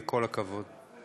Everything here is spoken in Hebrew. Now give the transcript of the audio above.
וכל הכבוד.